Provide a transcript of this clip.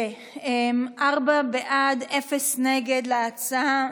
ארבעה בעד, אין מתנגדים להצעה.